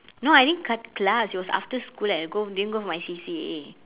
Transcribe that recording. no I didn't cut class it was after school and I go didn't go for my C_C_A